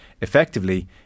Effectively